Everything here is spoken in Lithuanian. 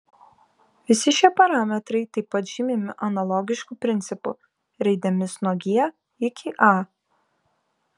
visi šie parametrai taip pat žymimi analogišku principu raidėmis nuo g iki a